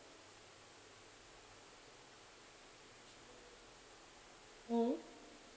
mm